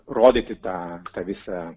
rodyti tą tą visą